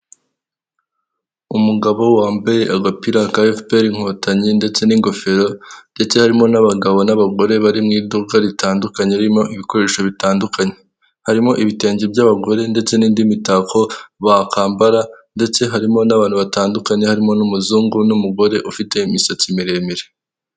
Umugabo wambaye agapira ka efuperi inkotanyi ndetse n'ingofero ndetse harimo n'abagabo n'abagore bari mu iduka ritandukanye ririmo ibikoresho bitandukanye, harimo ibitenge by'abagore ndetse n'indi mitako ba kambara ndetse harimo n'abantu batandukanye harimo n'umuzungu n'umugore ufite imisatsi miremire.